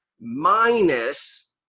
minus